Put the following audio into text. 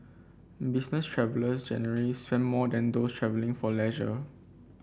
business travellers generally spend more than those travelling for leisure